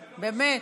באמת.